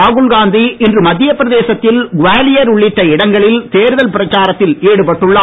ராகுல் காந்தி இன்று மத்தியப்பிரதேசத்தில் குவாலியர் உள்ளிட்ட இடங்களில் தேர்தல் பிரச்சாரத்தில் ஈடுபட்டுள்ளார்